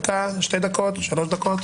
שתי דקות?